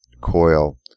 coil